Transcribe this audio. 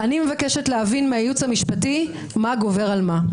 אני מבקשת להבין מהייעוץ המשפטי, מה גובר על מה.